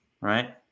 right